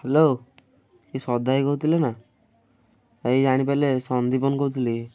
hello କିଏ ସଦା ଭାଇ କହୁଥିଲେ ନା ଏଇ ଜାଣିପାରିଲେ ସନ୍ଦିପନ କହୁଥିଲି